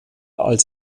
als